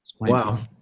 Wow